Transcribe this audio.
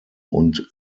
und